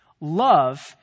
Love